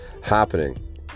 happening